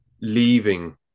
leaving